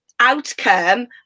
outcome